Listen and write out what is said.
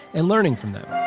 and learning from them